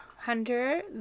hunter